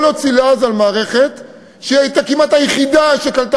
לא להוציא לעז על מערכת שהייתה כמעט היחידה שקלטה